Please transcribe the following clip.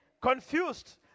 confused